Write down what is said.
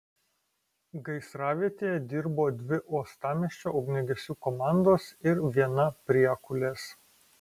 gaisravietėje dirbo dvi uostamiesčio ugniagesių komandos ir viena priekulės